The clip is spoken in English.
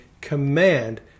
command